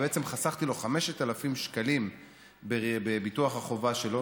ובעצם חסכתי לו 5,000 שקלים בביטוח החובה שלו,